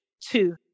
Two